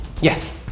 Yes